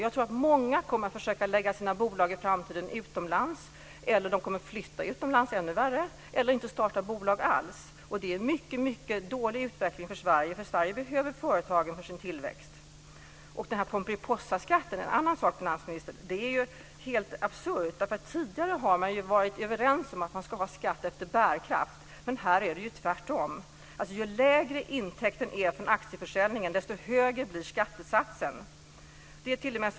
Jag tror att många i framtiden kommer att försöka lägga sina bolag utomlands, flytta utomlands - ännu värre - eller inte starta bolag alls. Det är en mycket dålig utveckling för Sverige. Sverige behöver företagen för sin tillväxt. Det finns också en annan sak med den här pomperipossaskatten som är helt absurd, finansministern. Tidigare har man ju varit överens om att ha skatt efter bärkraft, men här är det tvärtom: Ju lägre intäkten är från aktieförsäljningen, desto högre blir skattesatsen.